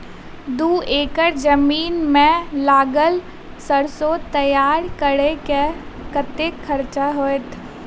दू एकड़ जमीन मे लागल सैरसो तैयार करै मे कतेक खर्च हेतै?